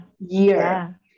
year